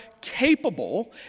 capable